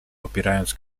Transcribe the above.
popierając